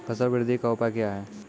फसल बृद्धि का उपाय क्या हैं?